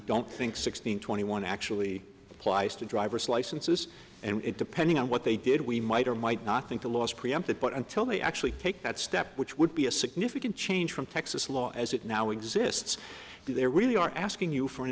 don't think sixteen twenty one actually applies to driver's licenses and depending on what they did we might or might not think the laws preempted but until they actually take that step which would be a significant change from texas law as it now exists there really are asking you for an